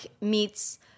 meets